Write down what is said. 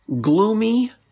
gloomy